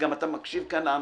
וגם אתה מקשיב כאן לאנשים,